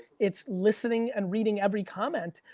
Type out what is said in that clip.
it's listening and reading every comment.